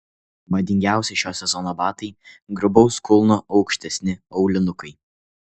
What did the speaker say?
madingiausi šio sezono batai grubaus kulno aukštesni aulinukai